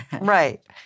Right